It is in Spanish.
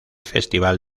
festival